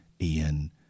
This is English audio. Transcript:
Ian